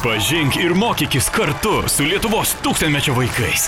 pažink ir mokykis kartu su lietuvos tūkstantmečio vaikais